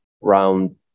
round